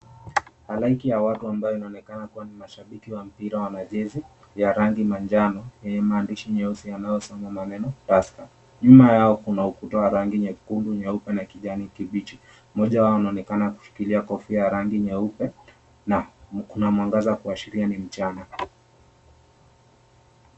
Halaiki ya watu ambayo inaonekana kuwa ni mashabiki wa mpira wana jezi ya rangi manjano yenye maandishi nyeusi yanayosoma maneno TUSKER. Nyuma yao kuna ukuta wa rangi nyekundu, nyeupe na kijani kibichi. Mmoja wao anaonekana kushikilia kofia ya rangi nyeupe na kuna mwangaza kuashiria ni mchana.